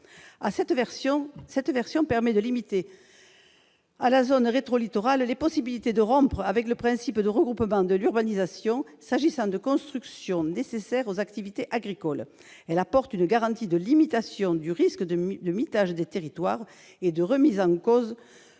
Cette version permet de limiter à la zone rétro-littorale les possibilités de rompre avec le principe de regroupement de l'urbanisation, s'agissant de constructions nécessaires aux activités agricoles. Elle apporte une garantie de limitation du risque de mitage des territoires et de remise en cause